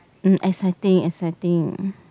um exciting exciting